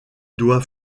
doit